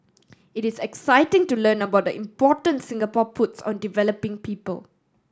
it is exciting to learn about the importance Singapore puts on developing people